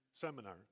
seminar